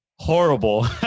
Horrible